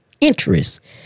interest